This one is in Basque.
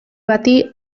bati